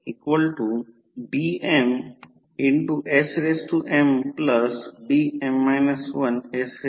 तर V 1 RLow 200 volt आहे I1 आम्ही काढला E200 R20